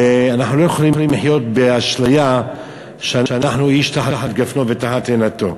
ואנחנו לא יכולים לחיות באשליה שאיש תחת גפנו ותחת תאנתו.